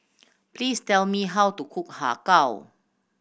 please tell me how to cook Har Kow